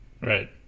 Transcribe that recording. Right